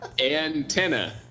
Antenna